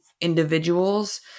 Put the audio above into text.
individuals